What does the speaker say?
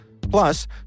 Plus